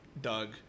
Doug